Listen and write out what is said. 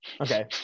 okay